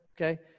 okay